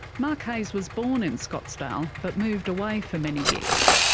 mark hayes was born in scottsdale, but moved away for many years.